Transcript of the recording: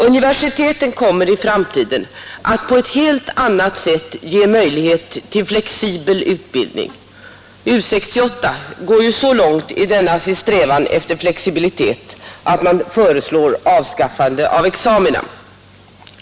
Universiteten kommer i framtiden att på ett helt annat sätt ge möjlighet till flexibel utbildning. U 68 går ju så långt i denna sin strävan efter flexibilitet att man föreslår avskaffande av examina.